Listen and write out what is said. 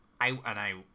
out-and-out